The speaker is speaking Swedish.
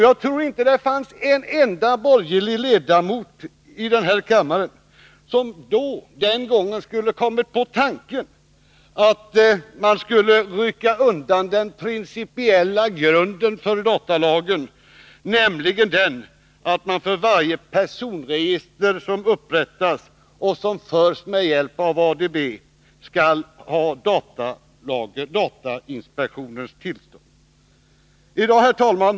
Jag tror inte att det fanns en enda borgerlig ledamot av denna kammare som den gången skulle ha kommit på tanken att rycka undan den principiella grunden för datalagen, nämligen att man för varje personregister som upprättas och som förs med hjälp av ADB skall ha datainspektionens tillstånd. Herr talman!